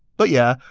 but yeah,